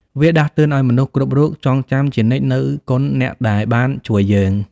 វាដាស់តឿនឲ្យមនុស្សគ្រប់រូបចងចាំជានិច្ចនូវគុណអ្នកដែលបានជួយខ្លួន។